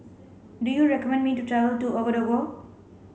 do you recommend me to travel to Ouagadougou